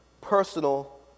personal